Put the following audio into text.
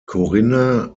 corinna